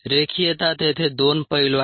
रेखीयता तेथे दोन पैलू आहेत